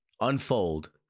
unfold